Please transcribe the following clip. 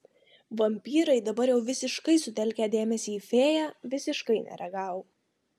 vampyrai dabar jau visiškai sutelkę dėmesį į fėją visiškai nereagavo